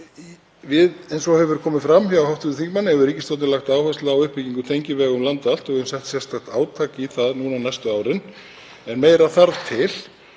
veg. Eins og hefur komið fram hjá hv. þingmanni hefur ríkisstjórnin lagt áherslu á uppbyggingu tengivega um land allt og við höfum sett sérstakt átak í það núna næstu árin en meira þarf til.